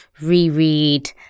reread